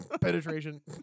penetration